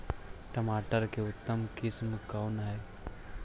टमाटर के उतम किस्म कौन है?